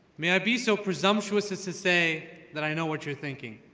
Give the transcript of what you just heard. may i be so presumptuous as to say that i know what you're thinking?